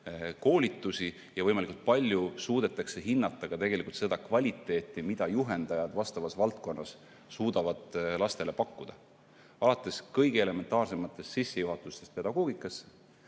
koolitusi ja võimalikult palju suudetakse hinnata ka seda kvaliteeti, mida juhendajad vastavas valdkonnas suudavad lastele pakkuda, alates kõige elementaarsemast, sissejuhatusest pedagoogikasse,